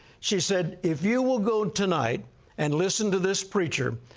she said, if you will go tonight and listen to this preacher,